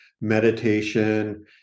meditation